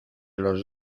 los